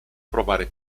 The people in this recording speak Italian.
provare